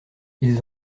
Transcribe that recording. ils